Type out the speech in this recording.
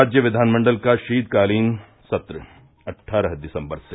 राज्य विधानमंडल का शीतकालीन सत्र अट्ठारह दिसम्बर से